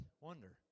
wonder